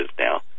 now